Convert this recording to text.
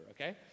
okay